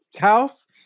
house